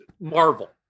Marvel